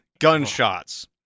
Gunshots